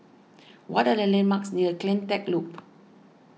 what are the landmarks near CleanTech Loop